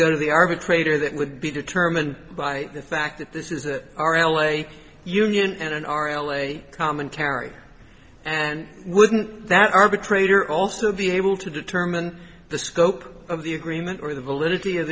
go to the arbitrator that would be determined by the fact that this is our l a union and our commentary and wouldn't that arbitrator also the able to determine the scope of the agreement or the validity of